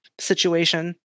situation